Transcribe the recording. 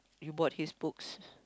you bought his books